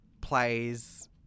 plays